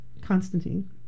Constantine